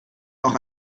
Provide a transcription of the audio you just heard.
noch